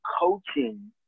coaching